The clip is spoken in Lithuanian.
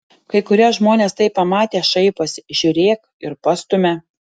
kai kurie žmonės tai pamatę šaiposi žiūrėk ir pastumia